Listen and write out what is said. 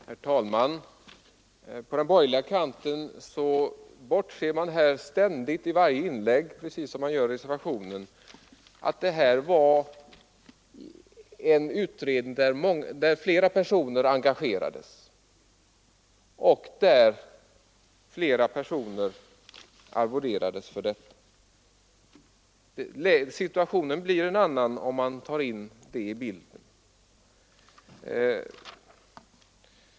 Herr talman! På den borgerliga kanten bortser man här i varje inlägg, precis som man gör i reservationen, från att flera personer engagerades i utredningen och att flera personer arvoderades för detta. Situationen blir en annan om man tar in det i bilden.